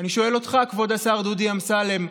אני שואל אותך, כבוד השר דודי אמסלם: